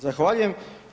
Zahvaljujem.